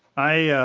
i